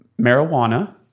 marijuana